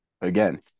again